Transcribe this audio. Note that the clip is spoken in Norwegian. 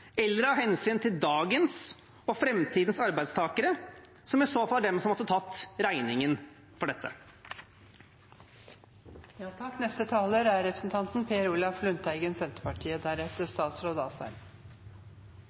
verken av hensyn til velferdssamfunnets bærekraft eller av hensyn til dagens og framtidens arbeidstakere, som i så fall er de som måtte ha tatt regningen for